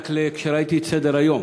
ורק כשראיתי את סדר-היום,